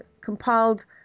compiled